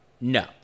No